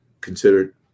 considered